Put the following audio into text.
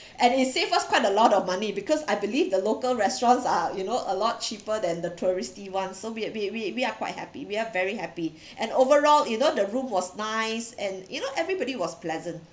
and it saved us quite a lot of money because I believe the local restaurants are you know a lot cheaper than the touristy one so we we we we are quite happy we are very happy and overall you know the room was nice and you know everybody was pleasant